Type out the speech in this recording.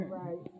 right